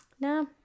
No